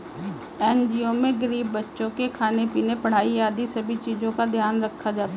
NGO में गरीब बच्चों के खाने पीने, पढ़ाई आदि सभी चीजों का ध्यान रखा जाता है